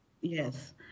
Yes